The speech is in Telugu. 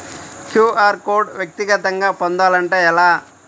క్యూ.అర్ కోడ్ వ్యక్తిగతంగా పొందాలంటే ఎలా?